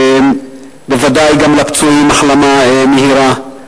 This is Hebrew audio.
בוודאי גם לפצועים החלמה מהירה.